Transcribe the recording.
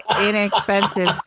inexpensive